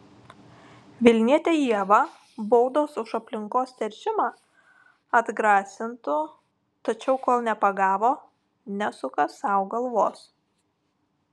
vilnietę ievą baudos už aplinkos teršimą atgrasintų tačiau kol nepagavo nesuka sau galvos